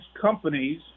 companies